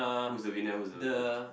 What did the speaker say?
who's the winner who's the loser